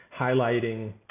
highlighting